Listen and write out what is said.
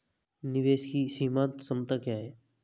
निवेश की सीमांत क्षमता क्या है?